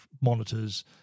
monitors